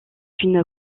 une